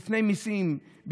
בפני מיסים,